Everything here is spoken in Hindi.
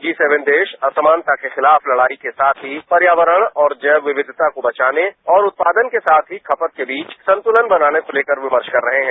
जी सेवन देश असमानता के खिलाफ लड़ाई के साथ ही पर्यावरण और जैव विविधता को बचाने और उत्पादन के साथ ही खपत के बीच संतुलन बनाने को लेकर विमर्श कर रहे हैं